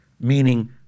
meaning